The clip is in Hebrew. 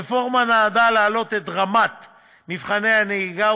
הרפורמה נועדה להעלות את רמת מבחני הנהיגה,